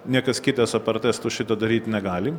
niekas kitas apart estų šito daryti negali